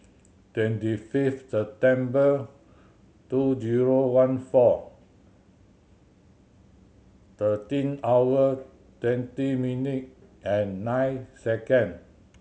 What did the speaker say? twenty fifth September two zero one four thirteen hour twenty minute and nine second